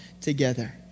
together